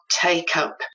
take-up